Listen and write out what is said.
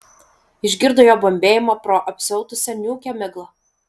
išgirdo jo bambėjimą pro apsiautusią niūkią miglą